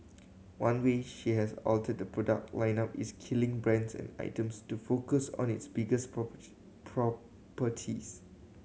one way she has altered the product lineup is killing brands and items to focus on its biggest property properties